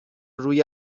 روی